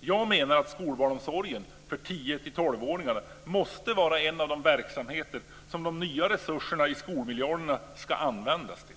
Jag menar att skolbarnsomsorgen för 10-12 åringar måste vara en av de verksamheter som de nya resurserna i skolmiljarderna ska användas till.